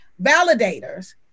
validators